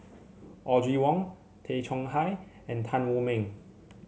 Audrey Wong Tay Chong Hai and Tan Wu Meng